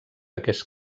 aquest